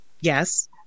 Yes